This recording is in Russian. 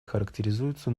характеризуется